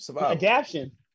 Adaption